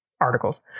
articles